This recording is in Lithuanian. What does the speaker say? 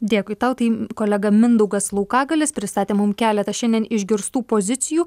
dėkui tau tai kolega mindaugas laukagalis pristatė mum keletą šiandien išgirstų pozicijų